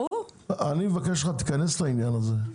אני מבקש ממך, תיכנס לעניין הזה.